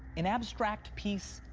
an abstract piece,